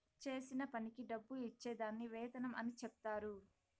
చేసిన పనికి డబ్బు ఇచ్చే దాన్ని వేతనం అని చెప్తారు